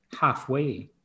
halfway